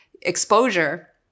exposure